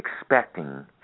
expecting